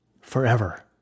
forever